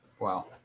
Wow